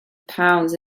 pounds